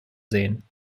sehen